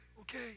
okay